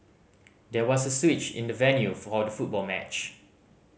there was a switch in the venue for all the football match